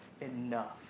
enough